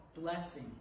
blessing